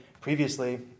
previously